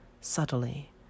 subtly